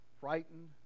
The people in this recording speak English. frightened